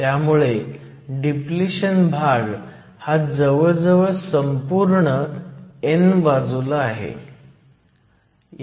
त्यामुळे डिप्लिशन भाग हा जवळजवळ संपूर्ण n बाजूला आहे